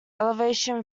elevation